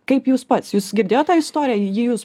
kaip jūs pats jūs girdėjot tą istoriją ji jus